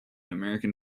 american